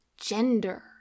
Gender